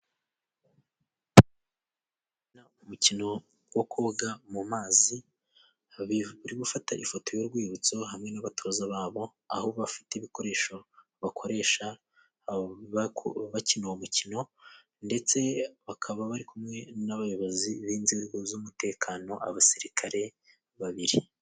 Umukino wo koga mu mazi bari gufata ifoto y'urwibutso hamwe n'abatoza babo aho bafite ibikoresho bakoresha bakina uwo mukino ndetse bakaba bari kumwe n'abayobozi b'inzego z'umutekano abasirikare babiri.